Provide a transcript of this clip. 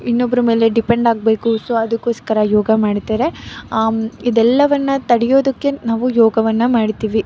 ಇನ್ನೊಬ್ಬರ ಮೇಲೆ ಡಿಪೆಂಡಾಗಬೇಕು ಸೊ ಅದಕ್ಕೋಸ್ಕರ ಯೋಗ ಮಾಡ್ತಾರೆ ಇದೆಲ್ಲವನ್ನೂ ತಡೆಯೋದಕ್ಕೆ ನಾವು ಯೋಗವನ್ನು ಮಾಡ್ತೀವಿ